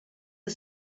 are